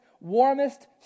warmest